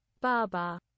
Baba